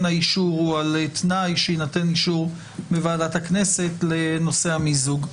האישור הוא על תנאי שיינתן אישור מוועדת הכנסת לנושא המיזוג.